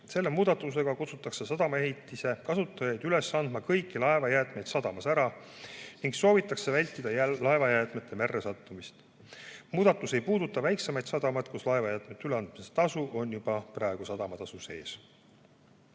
Selle muudatusega kutsutakse sadamaehitise kasutajaid üles andma kõiki laevajäätmeid sadamas ära ning soovitakse vältida laevajäätmete merre sattumist. Muudatus ei puuduta väiksemaid sadamaid, kus laevajäätmete üleandmise tasu on juba praegu sadamatasu sees.